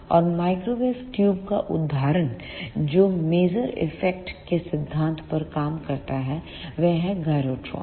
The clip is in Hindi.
और माइक्रोवेव ट्यूब का उदाहरण जो मेसर इफेक्ट के सिद्धांत पर काम करता है वह है गायरोट्रॉन